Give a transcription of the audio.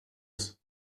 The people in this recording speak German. ist